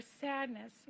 sadness